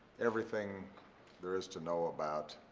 everything there is to know about